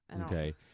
Okay